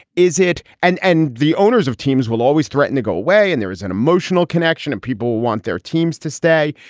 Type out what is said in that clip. is it? and and the owners of teams will always threaten to go away. and there is an emotional connection and people want their teams to stay.